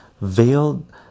veiled